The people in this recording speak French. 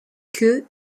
queue